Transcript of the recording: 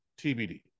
TBD